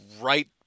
right